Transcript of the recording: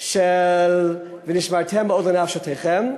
של "ונשמרתם מאד לנפשֹתיכם",